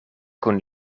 kun